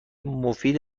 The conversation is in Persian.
مفید